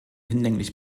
hinlänglich